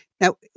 Now